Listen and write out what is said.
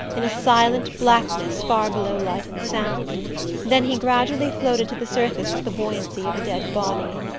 in a silent blackness far below light and sound then he gradually floated to the surface with the buoyancy of a dead body.